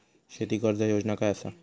शेती कर्ज योजना काय असा?